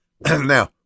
Now